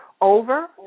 over